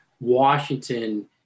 Washington